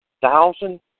thousand